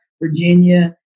Virginia